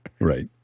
Right